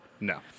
No